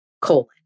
colon